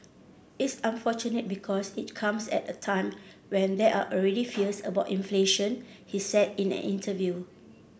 it's unfortunate because it comes at a time when there are already fears about inflation he said in an interview